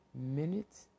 minutes